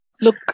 look